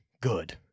good